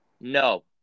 no